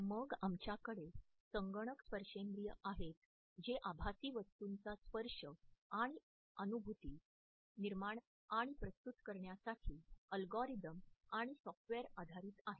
मग आमच्याकडे संगणक स्पर्शेंद्रिय आहेत जे आभासी वस्तूंचा स्पर्श आणि अनुभूती निर्माण आणि प्रस्तुत करण्यासाठी अल्गोरिदम आणि सॉफ्टवेअरवर आधारित आहेत